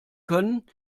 können